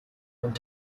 und